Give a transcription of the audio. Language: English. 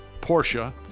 Porsche